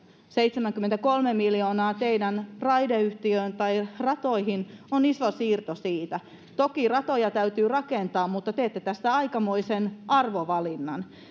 seitsemänkymmentäkolme miljoonaa teidän raideyhtiöön tai ratoihin on iso siirto siitä toki ratoja täytyy rakentaa mutta teette tästä aikamoisen arvovalinnan